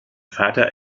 vater